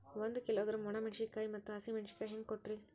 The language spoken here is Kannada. ಒಂದ ಕಿಲೋಗ್ರಾಂ, ಒಣ ಮೇಣಶೀಕಾಯಿ ಮತ್ತ ಹಸಿ ಮೇಣಶೀಕಾಯಿ ಹೆಂಗ ಕೊಟ್ರಿ?